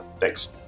Thanks